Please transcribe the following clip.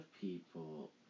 people